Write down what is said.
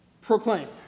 proclaim